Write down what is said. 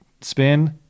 spin